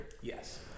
Yes